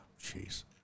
jeez